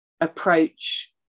approach